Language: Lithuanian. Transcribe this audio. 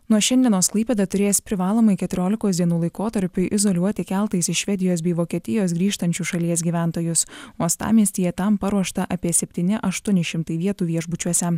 nuo šiandienos klaipėda turės privalomai keturiolikos dienų laikotarpiui izoliuoti keltais iš švedijos bei vokietijos grįžtančius šalies gyventojus uostamiestyje tam paruošta apie septyni aštuoni šimtai vietų viešbučiuose